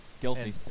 guilty